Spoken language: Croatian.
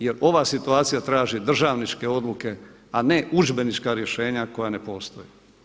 Jer ova situacija traži državničke odluke, a ne udžbenička rješenja koja ne postoje.